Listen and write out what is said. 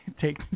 Take